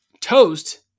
Toast